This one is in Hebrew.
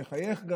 גם מחייך.